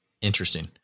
interesting